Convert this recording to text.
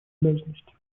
обязанности